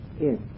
yes